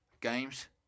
games